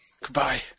Goodbye